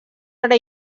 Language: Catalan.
hora